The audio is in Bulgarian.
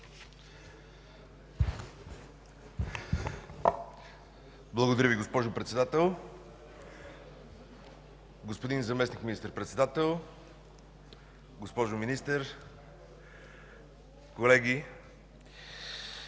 Благодаря Ви, госпожо Председател. Господин заместник министър-председател, госпожо Министър, колеги!